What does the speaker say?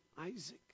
Isaac